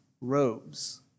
Robes